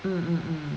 mm mm mm